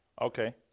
Okay